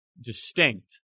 distinct